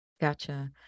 Gotcha